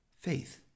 faith